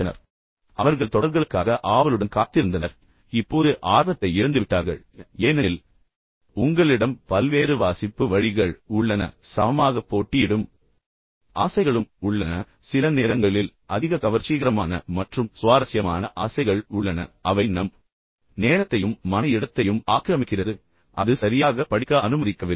எனவே அவர்கள் தொடர்களுக்காக ஆவலுடன் காத்திருந்தனர் ஆனால் இப்போது ஆர்வத்தை இழந்துவிட்டார்கள் ஏனெனில் உங்களிடம் பல்வேறு வாசிப்பு வழிகள் உள்ளன ஆனால் அதே நேரத்தில் சமமாக போட்டியிடும் ஆசைகள் உள்ளன சில நேரங்களில் அதிக கவர்ச்சிகரமான மற்றும் சுவாரஸ்யமான ஆசைகள் உள்ளன அவை நம் நேரத்தையும் பின்னர் மன இடத்தையும் ஆக்கிரமிக்கிறது அது சரியாக படிக்க அனுமதிக்கவில்லை